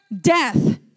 death